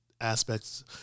aspects